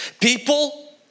People